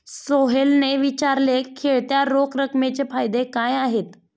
सोहेलने विचारले, खेळत्या रोख रकमेचे फायदे काय आहेत?